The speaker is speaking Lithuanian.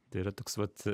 tai yra toks vat